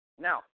Now